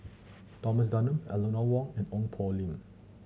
Thomas Dunman Eleanor Wong and Ong Poh Lim